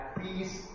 peace